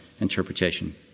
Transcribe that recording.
interpretation